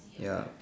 ya